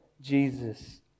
Jesus